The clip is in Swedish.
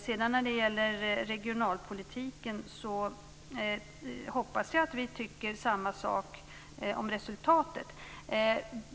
När det sedan gäller regionalpolitiken hoppas jag att vi tycker samma sak om resultatet.